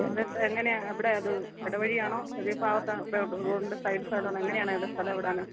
ആ അതെപ്പം എങ്ങനെയാണ് എവിടാണ് അത് ഇടവഴിയാണോ എതിർഭാഗത്താണോ റോഡിന്റെ സൈഡ് സൈഡാണോ എങ്ങനെയാണത് സ്ഥലം എവിടാണ്